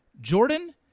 jordan